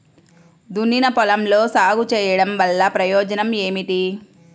దున్నిన పొలంలో సాగు చేయడం వల్ల ప్రయోజనం ఏమిటి?